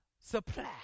supply